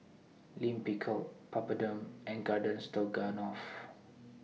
Lime Pickle Papadum and Garden Stroganoff